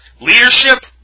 Leadership